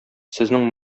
сезнең